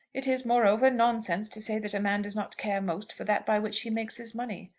it is, moreover, nonsense to say that a man does not care most for that by which he makes his money.